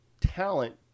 talent